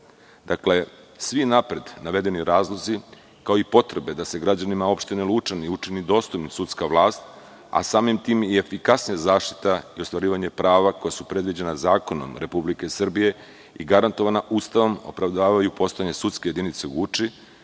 godine. Dakle, svi napred navedeni razlozi kao i potrebe da se građanima opštine Lučani učini dostupnim sudska vlast, a samim tim je i efikasnija zaštita i ostvarivanje prava koja su predviđena zakonom Republike Srbije i garantovana Ustavom opravdavaju postojanje sudske jedinice u Guči,